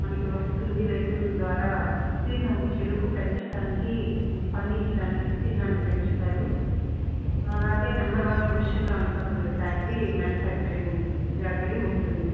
మనకు వస్తుంది రైతుల ద్వారా విస్తీర్ణం చెఱుకు పెంచటానికి పండించడానికి విస్తీర్ణాన్ని పెంచుతారు అలాగే నెంబర్ వన్ పోజిషన్లో అనకాపల్లి ఫ్యాక్టరీ మ్యానుఫ్యాక్చరింగ్ జాగరి ఉంటుంది